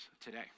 today